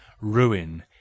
ruin